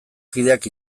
kideak